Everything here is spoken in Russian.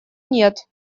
нет